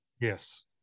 Yes